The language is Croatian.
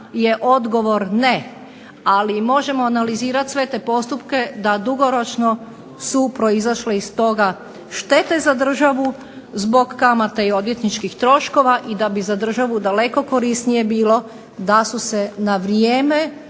je odgovor ne. ali možemo analizirati sve te postupke da dugoročno su proizašle iz toga štete za državu zbog kamata i odvjetničkih troškova i da bi za državu daleko korisnije bilo da su se na vrijeme